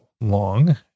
long